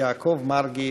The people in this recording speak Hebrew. יעקב מרגי,